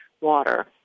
water